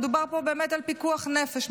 מדובר פה באמת על פיקוח נפש,